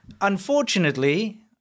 Unfortunately